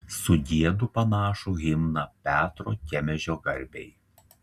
sugiedu panašų himną petro kemežio garbei